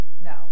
No